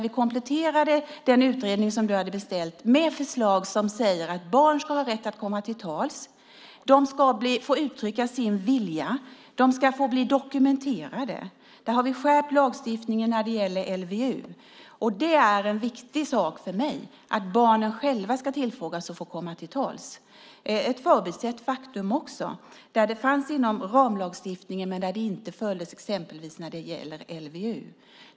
Vi kompletterade den utredning du hade beställt med förslag om att barn ska ha rätt att komma till tals, få uttrycka sin vilja, få bli dokumenterade. Vi har skärpt lagstiftningen när det gäller LVU. Det är viktigt för mig att barnen själva ska tillfrågas och få komma till tals. Det är ett förbisett faktum - det fanns med inom ramlagstiftningen men följdes inte till exempel när det gäller LVU.